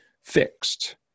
fixed